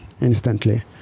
instantly